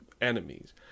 enemies